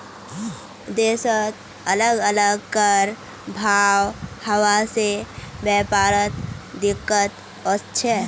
देशत अलग अलग कर भाव हवा से व्यापारत दिक्कत वस्छे